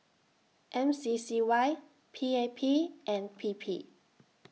M C C Y P A P and P P